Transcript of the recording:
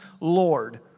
Lord